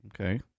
Okay